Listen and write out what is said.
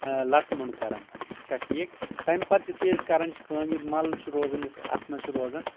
لَتہٕ مونڈ کران چھا ٹھیٖک تمہِ پتہٕ یُتھُے أسۍ کران چھِ کٲم یہِ مل چھُ روزان یُس اَتھ منٛز چھُ روزان